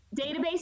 Database